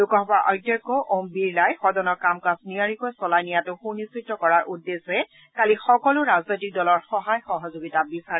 লোকসভাৰ অধ্যক্ষ ওম বিৰলাই সদনৰ কাম কাজ নিয়াৰিকৈ চলাই নিয়াটো সুনিশ্চিত কৰাৰ উদ্দেশ্যে কালি সকলো ৰাজনৈতিক দলৰ সহায় সহযোগিতা বিচাৰে